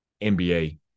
NBA